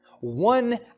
one